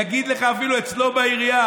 הוא יגיד לך שאפילו אצלו בעירייה,